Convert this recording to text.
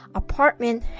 apartment